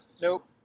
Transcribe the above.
Nope